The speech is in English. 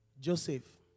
Joseph